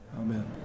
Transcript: Amen